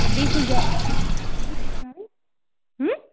بیٚیہِ کُس جاے چھو تۄہہِ وِزِٹ کَرٕنۍ